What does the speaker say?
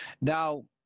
Now